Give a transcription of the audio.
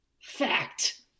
fact